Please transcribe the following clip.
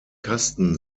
kasten